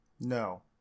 No